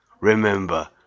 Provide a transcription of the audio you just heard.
Remember